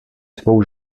svou